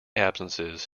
absences